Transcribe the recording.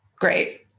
Great